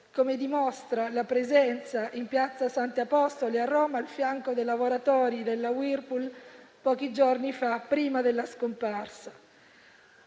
come dimostra la presenza in Piazza Santi Apostoli, a Roma, al fianco dei lavoratori della Whirlpool pochi giorni fa, prima della sua scomparsa.